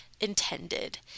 intended